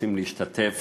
רוצה להשתתף